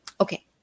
Okay